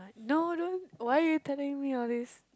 no don't why are you telling me all this